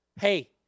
Hey